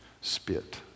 Spit